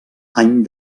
any